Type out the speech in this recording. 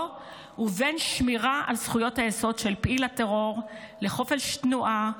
ובין שמירה על זכויות היסוד של פעיל הטרור לחופש תנועה,